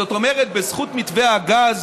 זאת אומרת, בזכות מתווה הגז